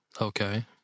okay